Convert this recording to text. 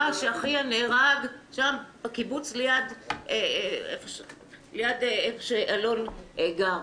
שאחיה נהרג בקיבוץ ליד המקום שאלון גר.